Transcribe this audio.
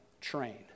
train